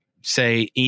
say